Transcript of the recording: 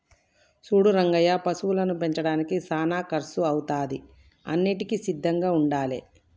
సూడు రంగయ్య పశువులను పెంచడానికి సానా కర్సు అవుతాది అన్నింటికీ సిద్ధంగా ఉండాలే